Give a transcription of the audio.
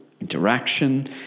interaction